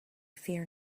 fear